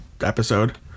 episode